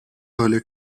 early